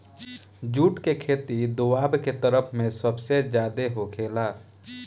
जुट के खेती दोवाब के तरफ में सबसे ज्यादे होखेला